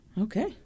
Okay